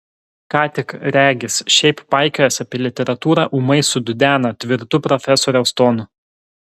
ką tik regis šiaip paikiojęs apie literatūrą ūmai sududena tvirtu profesoriaus tonu